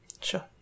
Sure